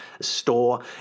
store